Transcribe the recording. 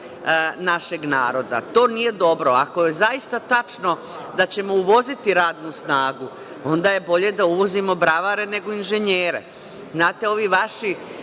našeg naroda. To nije dobro. Ako je zaista tačno da ćemo uvoziti radnu snagu, onda je bolje da uvozimo bravare nego inženjere. Znate, ovi vaši